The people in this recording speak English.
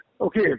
Okay